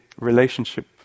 relationship